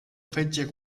fetge